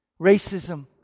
racism